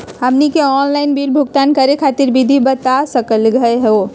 हमनी के online bill भुगतान करे खातीर विधि बता सकलघ हो?